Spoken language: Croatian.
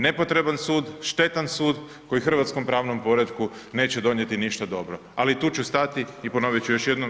Nepotreban sud, štetan sud koji hrvatskom pravnom poretku neće donijeti ništa dobro, ali tu ću stati i ponovit ću još jednom.